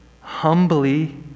humbly